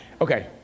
Okay